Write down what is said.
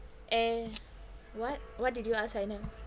and what what did you ask aina